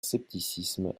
scepticisme